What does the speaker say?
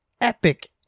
epic